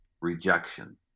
rejection